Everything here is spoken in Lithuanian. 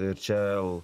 ir čia jau